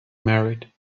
married